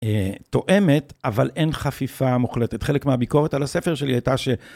תואמת, אבל אין חפיפה מוחלטת. חלק מהביקורת על הספר שלי הייתה ש...